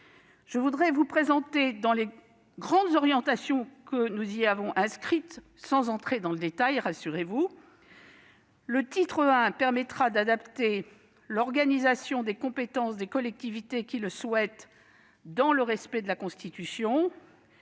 Je voudrais vous présenter les grandes orientations que nous y avons inscrites. Le titre I permettra d'adapter l'organisation des compétences des collectivités qui le souhaitent, dans le respect de la Constitution.